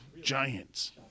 giants